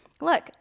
look